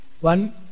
one